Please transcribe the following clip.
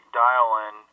dial-in